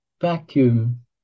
vacuum